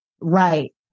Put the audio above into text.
Right